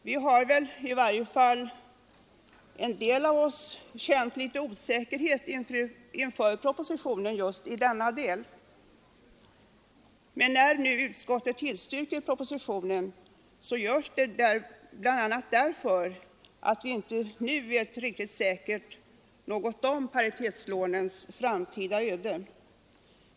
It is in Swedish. Vi har väl — en del av oss i vart fall — känt litet osäkerhet inför propositionen i denna del. När utskottet nu tillstyrker propositionen så görs det bl.a. därför att vi inte vet något säkert om paritetslånens framtida öde.